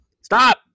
stop